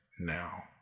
now